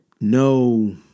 no